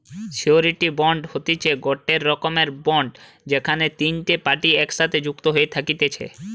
surety bond হতিছে গটে রকমের বন্ড যেখানে তিনটে পার্টি একসাথে যুক্ত হয়ে থাকতিছে